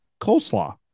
coleslaw